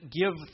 give